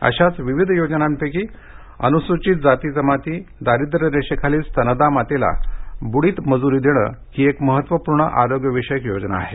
अशाच विविध योजनांपैकी अनुसूचित जाती जमाती दारिद्रय रेषेखालील स्तनदा मातेला बुडीत मजूरी देणे ही एक महत्त्वपूर्ण आरोग्यविषयक योजना आहे